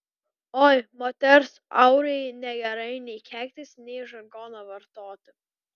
oi moters aurai negerai nei keiktis nei žargoną vartoti